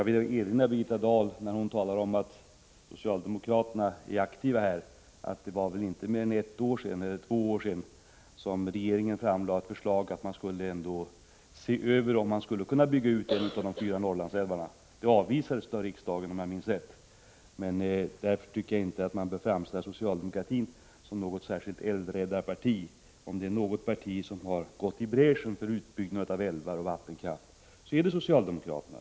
Birgitta Dahl talar om att socialdemokraterna är aktiva, men jag vill erinra om att det inte är mer än två år sedan regeringen framlade ett förslag om att man skulle se över möjligheterna att bygga ut en av de fyra Norrlandsälvarna. Förslaget avvisades av riksdagen, om jag minns rätt. Birgitta Dahl borde alltså inte framställa socialdemokratin som något älvräddarparti. Om det är något parti som har gått i bräschen för utbyggnad av älvar och vattenkraft är det socialdemokraterna.